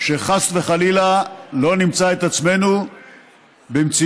שחס וחלילה לא נמצא את עצמנו במציאות